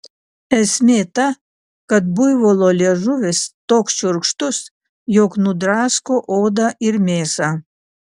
esmė ta kad buivolo liežuvis toks šiurkštus jog nudrasko odą ir mėsą